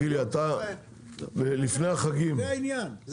זה העניין.